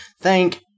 Thank